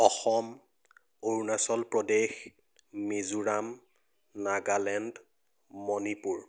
Assam Arunachal Pradesh Mizoram Nagaland Manipur